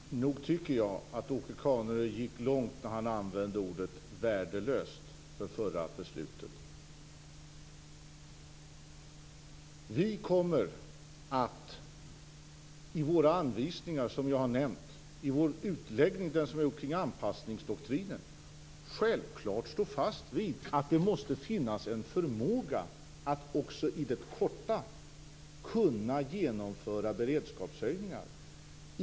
Fru talman! Nog tycker jag att Åke Carnerö gick långt när han använde ordet värdelöst om det förra beslutet. I våra anvisningar som jag har nämnt och i vår utläggning kring anpassningsdoktrinen kommer vi självklart stå fast vid att det måste finnas en förmåga att också i det korta perspektivet kunna genomföra beredskapshöjningar.